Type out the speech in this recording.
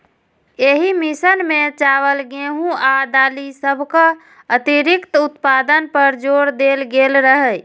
एहि मिशन मे चावल, गेहूं आ दालि सभक अतिरिक्त उत्पादन पर जोर देल गेल रहै